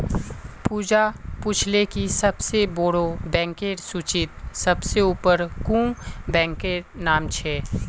पूजा पूछले कि सबसे बोड़ो बैंकेर सूचीत सबसे ऊपर कुं बैंकेर नाम छे